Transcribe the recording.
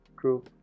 True